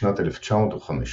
בשנת 1915,